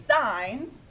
signs